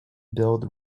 build